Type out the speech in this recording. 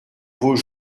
vos